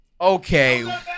Okay